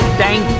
thank